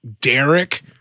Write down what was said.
Derek